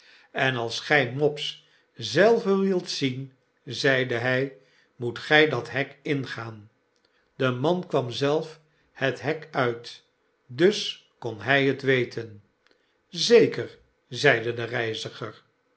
den kluizenaar enalsgy mopes zelven wilt zien zeide hy moet gy dat hek ingaan de man kwam zelf het hek uit dus kon hij het weten zeker zeide de reiziger